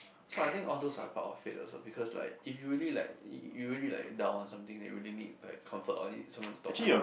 so I think all those are part of fate also because like if you really like you really like down or something then you really like comfort or need someone to talk to